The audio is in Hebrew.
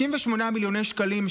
68 מיליוני שקלים,